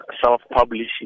self-publishing